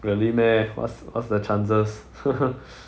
really meh what's what's the chances